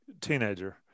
teenager